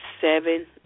seven